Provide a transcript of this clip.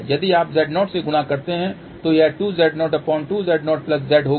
यदि आप Z0 से गुणा करते हैं तो वह 2Z02Z0Z होगा